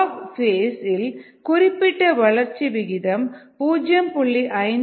lock phase இல் குறிப்பிட்ட வளர்ச்சி விகிதம் 0